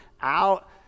out